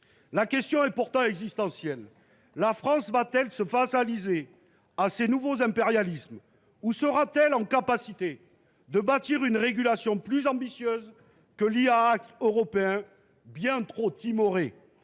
La question est pourtant existentielle : la France sera t elle vassalisée par ces nouveaux impérialismes, ou sera t elle capable de bâtir une régulation plus ambitieuse que l’européen, bien trop timoré,